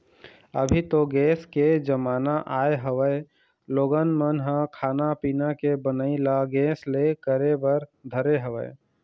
अभी तो गेस के जमाना आय हवय लोगन मन ह खाना पीना के बनई ल गेस ले करे बर धरे हवय